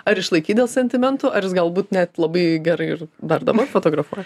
ar išlaikei dėl sentimentų ar jis galbūt net labai gerai ir dar dabar fotografuoja